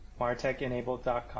Martechenabled.com